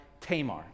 Tamar